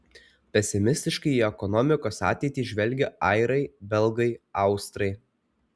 pesimistiškai į ekonomikos ateitį žvelgia airiai belgai austrai